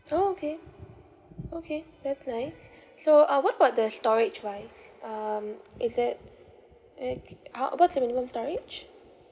orh okay okay that's nice so uh what about the storage wise um is that how what's the minimum storage